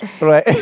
right